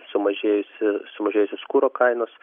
sumažėjusi sumažėjusios kuro kainos